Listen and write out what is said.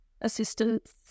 assistance